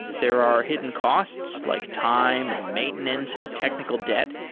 there are hidden costs like time, and maintenance, and technical debt,